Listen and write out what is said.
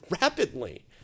rapidly